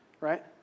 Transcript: Right